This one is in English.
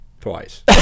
Twice